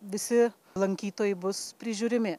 visi lankytojai bus prižiūrimi